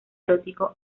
erótico